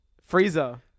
Freezer